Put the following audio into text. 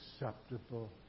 acceptable